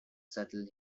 subtle